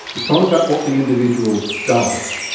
it's not about what the individual does